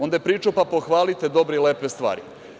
Onda je pričao – pa, pohvalite dobre i lepe stvari.